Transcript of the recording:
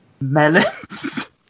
Melons